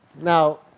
Now